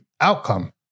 outcome